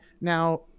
now